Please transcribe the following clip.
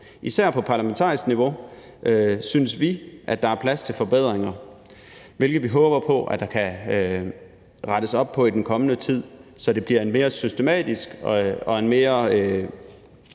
Især på parlamentarisk niveau synes vi, at der er plads til forbedringer, hvilket vi håber på der kan komme i den kommende tid, så der bliver en mere systematisk og en mere